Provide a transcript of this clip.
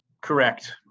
Correct